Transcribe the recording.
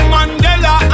Mandela